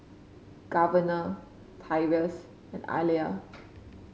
Governor Tyrus and Alia